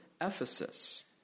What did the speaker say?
Ephesus